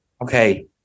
Okay